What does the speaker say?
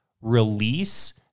release